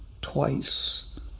twice